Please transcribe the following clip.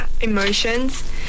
emotions